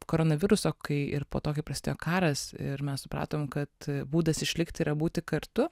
koronaviruso kai ir po to kai prasidėjo karas ir mes supratom kad būdas išlikti yra būti kartu